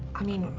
i mean,